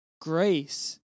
grace